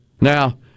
Now